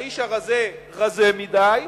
האיש הרזה רזה מדי.